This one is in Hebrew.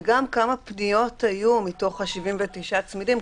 וגם מתוך ה-79 צמידים,